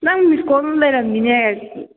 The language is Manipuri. ꯅꯪ ꯃꯤꯁ ꯀꯣꯜ ꯑꯃ ꯂꯩꯔꯝꯃꯤꯅꯦ